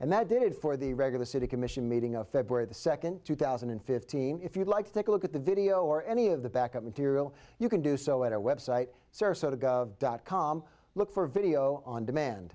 and that dated for the regular city commission meeting of february the second two thousand and fifteen if you'd like to take a look at the video or any of the back up material you can do so at our website sarasota dot com look for video on demand